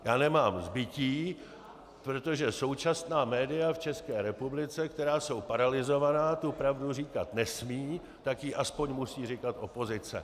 Já nemám zbytí, protože současná média v České republice, která jsou paralyzována, tu pravdu říkat nesmějí, tak ji aspoň musí říkat opozice.